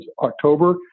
October